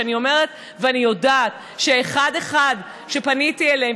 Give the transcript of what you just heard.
שאני אומרת ואני יודעת שאחד-אחד שפניתי אליהם,